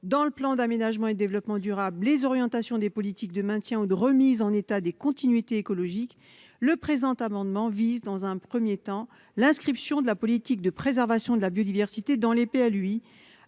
dans le plan d'aménagement et de développement durable, les orientations des politiques de maintien ou de remise en état des continuités écologiques. Le présent amendement vise, dans un premier temps, l'inscription de la politique de préservation de la biodiversité dans les plans